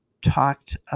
talked